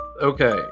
Okay